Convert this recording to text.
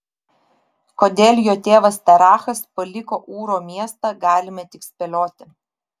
kodėl jo tėvas terachas paliko ūro miestą galime tik spėlioti